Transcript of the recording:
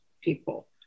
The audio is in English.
people